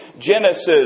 Genesis